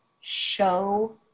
show